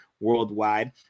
worldwide